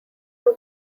two